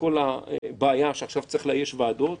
מכל הבעיה שעכשיו צריך לאייש ועדות,